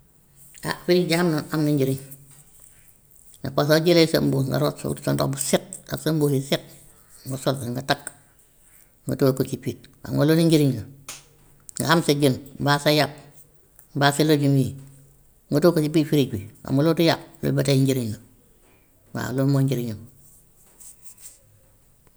Ah fridge de am am na njëriñ, na pa- soo jëlee sa mbuus nga root foofu sa ndox bu set ak sa mbuus yu set mu sol ko nga takk, nga dugal ko ci biir xam nga loolu njëriñ la, nga am sa jën mbaa sa yàpp mbaa sa légumes yii nga dugal ko ci biir fridge bi xam nga loolu du yàqu loolu ba tey njëriñ la, waa loolu mooy njëriñam.